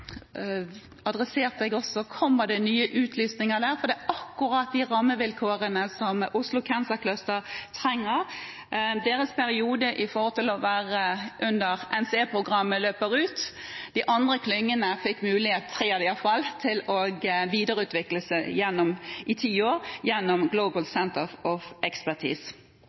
veien. Jeg tok også opp Global Centres of Expertise. Kommer det nye utlysninger der, for det er akkurat de rammevilkårene som Oslo Cancer Cluster trenger? Deres periode under NCE-programmet løper ut. De andre klyngene fikk mulighet – tre av dem i alle fall – til å videreutvikle seg i ti år gjennom Global Centres of